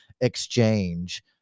exchange